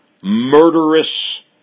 murderous